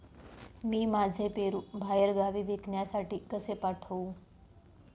मी माझे पेरू बाहेरगावी विकण्यासाठी कसे पाठवू?